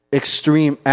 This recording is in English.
extreme